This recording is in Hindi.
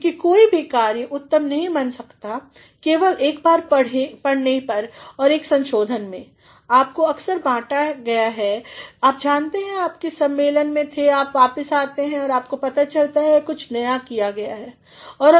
क्योंकि कोई भी कार्य उत्तम नहीं बन सकता केवल एक बार पढ़ के और एक संशोधन में आपके अक्सर बांटा है आप जानते हैं आप के सम्मेलन में थे और आप वापिस आते हैं और आपको पता चलता है कुछ नया किया गया है